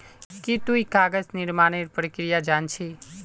की तुई कागज निर्मानेर प्रक्रिया जान छि